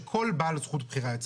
שכל בעל זכות בחירה יצביע.